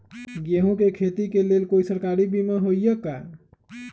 गेंहू के खेती के लेल कोइ सरकारी बीमा होईअ का?